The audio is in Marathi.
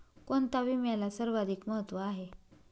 कोणता विम्याला सर्वाधिक महत्व आहे?